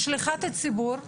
כשליחת ציבור,